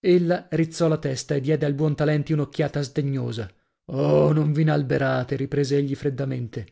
ella rizzò la testa e diede al buontalenti un'occhiata sdegnosa oh non v'inalberate riprese egli freddamente